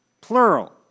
plural